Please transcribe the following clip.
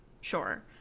sure